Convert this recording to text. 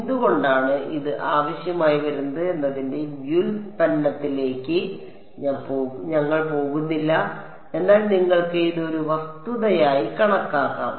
എന്തുകൊണ്ടാണ് ഇത് ആവശ്യമായി വരുന്നത് എന്നതിന്റെ വ്യുൽപ്പന്നത്തിലേക്ക് ഞങ്ങൾ പോകുന്നില്ല എന്നാൽ നിങ്ങൾക്ക് ഇത് ഒരു വസ്തുതയായി കണക്കാക്കാം